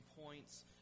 points